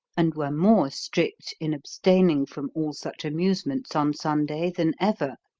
and were more strict in abstaining from all such amusements on sunday than ever.